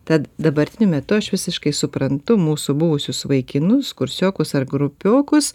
tad dabartiniu metu aš visiškai suprantu mūsų buvusius vaikinus kursiokus ar grupiokus